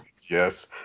Yes